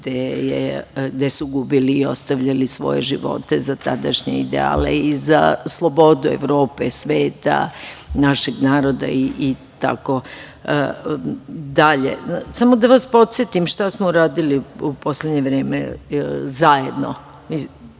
gde su gubili i ostavljali svoje živote za tadašnje ideale i za slobodu Evrope, sveta, našeg naroda i tako dalje. Samo da vas podsetim šta smo uradili u poslednje vreme. Zajedno